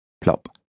Plop